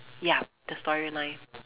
ya the storyline